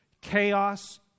chaos